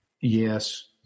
Yes